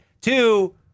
Two